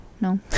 No